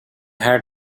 had